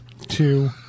two